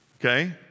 Okay